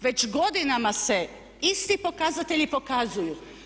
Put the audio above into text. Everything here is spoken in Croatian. Već godinama se isti pokazatelji pokazuju.